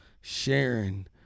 sharing